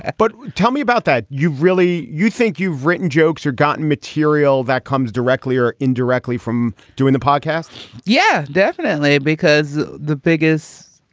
but tell me about that. you really you think you've written jokes or gotten material that comes directly or indirectly from doing the podcast yes yeah definitely. because the biggest